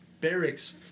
barracks